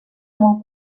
molt